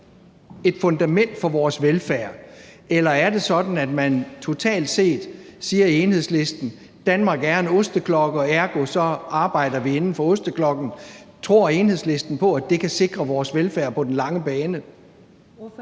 et fundament for vores velfærd? Eller er det sådan, at man totalt set i Enhedslisten siger: Danmark er en osteklokke, og ergo arbejder vi inden for osteklokken? Tror Enhedslisten på, at det kan sikre vores velfærd på den lange bane?